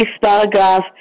paragraph